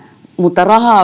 mutta rahaa